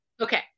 Okay